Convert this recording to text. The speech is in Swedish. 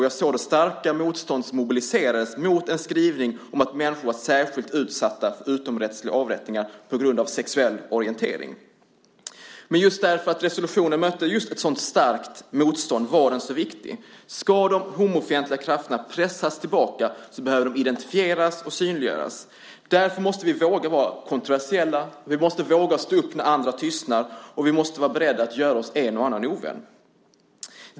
Jag såg ett starkt motstånd mobiliseras mot en skrivning om att människor var särskilt utsatta för utomrättsliga avrättningar på grund av sexuell orientering. Just därför att resolutionen mötte ett så starkt motstånd var den så viktig. Ska de homofientliga krafterna pressas tillbaka behöver de identifieras och synliggöras. Därför måste vi våga vara kontroversiella. Vi måste våga stå upp när andra tystnar, och vi måste vara beredda att få en och annan ovän.